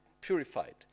purified